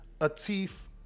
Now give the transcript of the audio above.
Atif